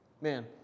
Man